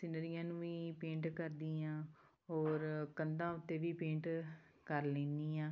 ਸਿੰਨਰੀਆਂ ਨੂੰ ਵੀ ਪੇਂਟ ਕਰਦੀ ਹਾਂ ਹੋਰ ਕੰਧਾਂ ਉੱਤੇ ਵੀ ਪੇਂਟ ਕਰ ਲੈਂਦੀ ਹਾਂ